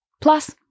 Plus